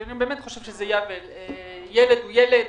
אני באמת חושב שילד הוא ילד,